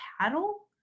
paddle